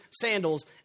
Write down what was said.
sandals